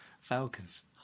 Falcons